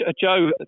Joe